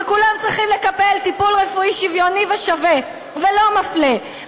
וכולם צריכים לקבל טיפול רפואי שוויוני ושווה ולא מפלה,